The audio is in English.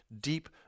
deep